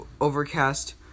Overcast